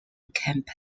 unkempt